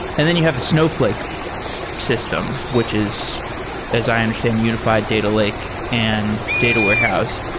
and then you have the snowfl ake system, which is as i understand unifi ed data lake and data warehouse.